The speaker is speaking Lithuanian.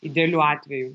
idealiu atveju